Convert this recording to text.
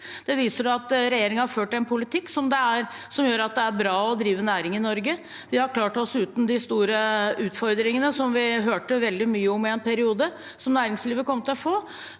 Det viser at regjeringen har ført en politikk som gjør at det er bra å drive næring i Norge. Vi har klart oss uten de store utfordringene som vi i en periode hørte veldig mye om at næringslivet kom til å få.